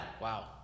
wow